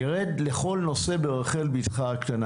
נרד לכל נושא ברחל בתך הקטנה.